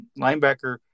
linebacker